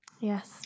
yes